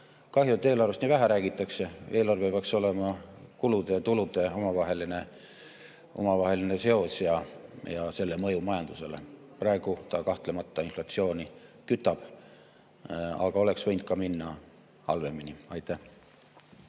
Kahju, et eelarvest nii vähe räägitakse. Eelarves peaks olema [selge] kulude ja tulude omavaheline seos ja selle mõju majandusele. Praegu ta kahtlemata inflatsiooni kütab, aga oleks võinud minna ka halvemini. Aitäh!